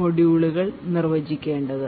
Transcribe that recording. മൊഡ്യൂളുകൾ നിർവചിക്കേണ്ടത്